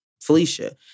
Felicia